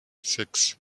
six